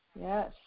Yes